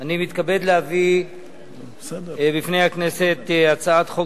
אני מתכבד להביא בפני הכנסת את הצעת חוק